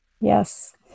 yes